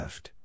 Left